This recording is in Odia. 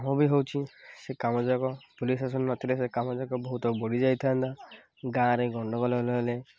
କ'ଣ ବି ହଉଛି ସେ କାମଯାକ ପୋଲିସ୍ ଶାସନ ନ ଥିଲେ ସେ କାମଯାକ ବହୁତ ବଢ଼ିଯାଇଥାନ୍ତା ଗାଁରେ ଗଣ୍ଡଗୋଳ ହେଲେ ହେଲେ